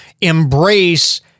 embrace